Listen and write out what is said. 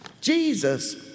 Jesus